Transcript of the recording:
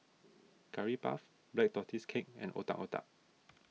Curry Puff Black Tortoise Cake and Otak Otak